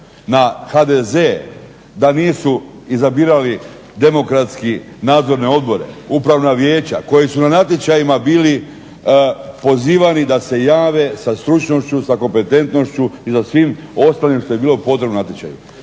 na HDZ da nisu izabirali nadzorne odbore, upravna vijeća koji su na natječajima bili pozivani da se jave sa stručnošću, s kompetentnošću i sa svim ostalim što je bilo potrebno u natječaju.